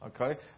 Okay